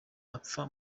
apfa